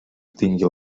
obtingui